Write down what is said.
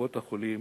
בקופות-החולים